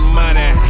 money